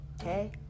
Okay